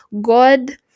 God